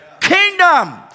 Kingdom